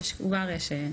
לחברה האזרחית ולכולם.